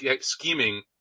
scheming